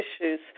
issues